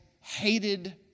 hated